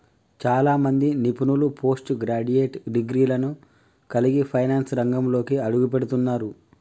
చాలా మంది నిపుణులు పోస్ట్ గ్రాడ్యుయేట్ డిగ్రీలను కలిగి ఫైనాన్స్ రంగంలోకి అడుగుపెడుతున్నరు